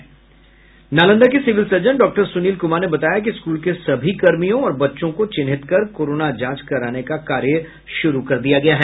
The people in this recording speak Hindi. वहीं नालंदा के civil surgeon doctor Sunil Kumar ने बताया कि स्कूल के सभी कर्मियों और बच्चों को चिन्हित कर कोरोना जांच कराने का कार्य शुरू कर दिया गया है